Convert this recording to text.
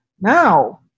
Now